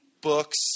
books